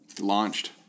Launched